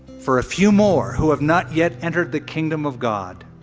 for a few more who have not yet entered the kingdom of god,